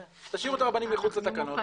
אל תמחקו, תשאירו את הרבנים מחוץ לתקנות.